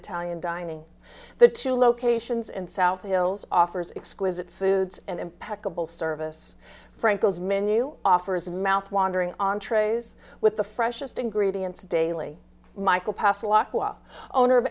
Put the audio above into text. italian dining the two locations in south wales offers exquisite foods and impeccable service franco's menu offers mouthwatering entrees with the freshest ingredients daily michael